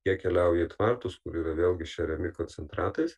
jie keliauja į tvartus kur yra vėlgi šeriami koncentratais